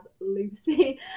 Lucy